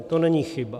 To není chyba.